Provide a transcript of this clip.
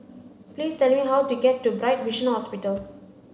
please tell me how to get to Bright Vision Hospital